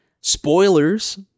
Spoilers